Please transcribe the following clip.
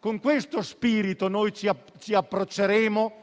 Con questo spirito ci approcceremo